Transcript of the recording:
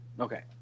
Okay